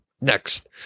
Next